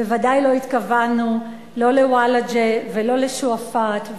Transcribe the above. בוודאי לא התכוונו לא לוולג'ה ולא לשועפאט,